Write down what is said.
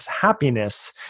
happiness